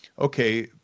okay